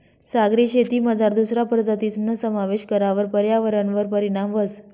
सागरी शेतीमझार दुसरा प्रजातीसना समावेश करावर पर्यावरणवर परीणाम व्हस